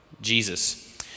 Jesus